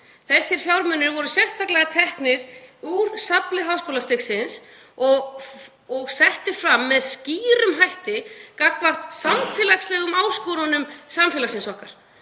Þessir fjármunir voru sérstaklega teknir úr safnlið háskólastigsins og settir fram með skýrum hætti gagnvart samfélagslegum áskorunum samfélagsins.